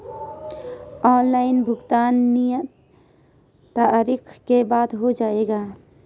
Online भुगतान नियत तारीख के बाद हो जाएगा?